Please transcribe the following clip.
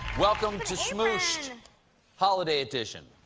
welcome to smooshed holiday edition.